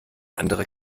andere